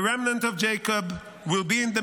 Then the remnant of Jacob will be in the